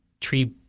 tree